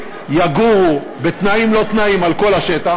יגורו בתנאים לא תנאים על כל השטח,